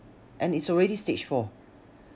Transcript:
and it's already stage four